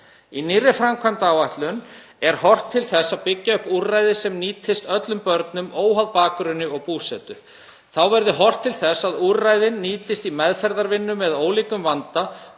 Í nýrri framkvæmdaáætlun er horft til þess að byggja upp úrræði sem nýtast öllum börnum, óháð bakgrunni eða búsetu. Þá verður horft til þess að úrræðin myndu nýtast í meðferðarvinnu með ólíkum vanda,